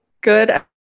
good